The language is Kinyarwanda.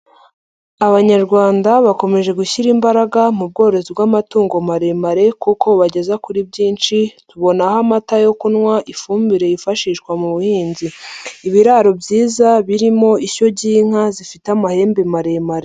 Abanyarwanda bakomeje gushyira imbaraga mu bworozi bw'amatungo maremare kuko bubageza kuri byinshi, tubonaho amata yo kunywa, ifumbire yifashishwa mu buhinzi, ibiraro byiza birimo ishyo y'inka zifite amahembe maremare.